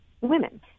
women